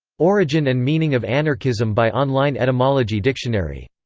origin and meaning of anarchism by online etymology dictionary.